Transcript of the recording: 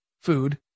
food